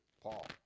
Paul